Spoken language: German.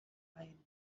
ein